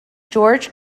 george